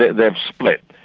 they've split.